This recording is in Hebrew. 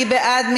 מי בעד?